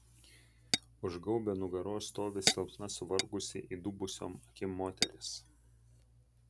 už gaubio nugaros stovi silpna suvargusi įdubusiom akim moteris